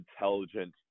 intelligent